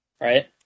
right